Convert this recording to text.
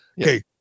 Okay